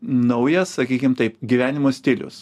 naujas sakykim taip gyvenimo stilius